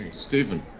steven.